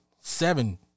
seven